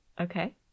Okay